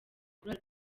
kurara